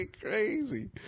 crazy